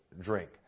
drink